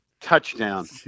touchdown